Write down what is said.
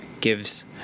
gives